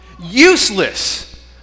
useless